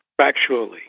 factually